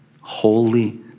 holy